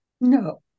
No